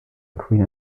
queen